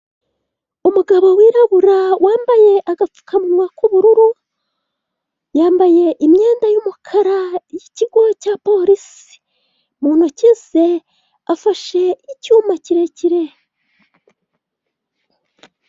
Umugabo wirabura wambaye agapfukamunwa k'ubururu yambaye imyenda y'umukara y'ikigo cya polisi mu ntoki ze afashe icyuma kirekire.